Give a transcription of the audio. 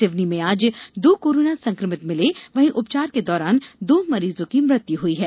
सिवनी में आज दो कोरोना संक्रमित मिले हैं वहीं उपचार को दौरान दो मरीजों की मृत्यु हुई है